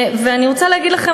אני רוצה להגיד לכם,